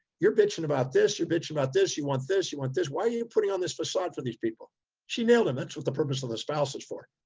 you're bitching about this. you're bitching about this. you want this, you want this. why are you putting on this facade for these people she nailed him. that's what the purpose of the spouse is for,